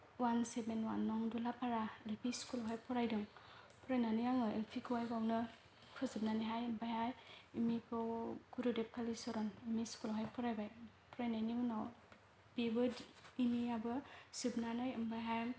one seven one नं दुलापारा L P स्कुलावहाय फरायदों फरायनानै आङो एल पि खौहाय बेयावनो फोजोबनानैहाय ओमफ्रायहाय एम इ खौ गुरुदेब कालिचरण एम इ स्कुलावहाय फरायबाय फरायनायनि उनाव बेबो एम इ आबो जोबनानै ओमफ्रायहाय